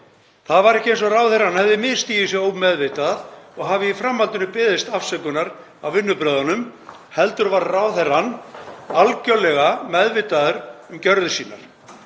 Það var ekki eins og ráðherrann hefði misstigið sig ómeðvitað og hefði í framhaldinu beðist afsökunar á vinnubrögðunum, heldur var ráðherrann algjörlega meðvitaður um gjörðir sínar.